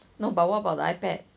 no but what about the ipad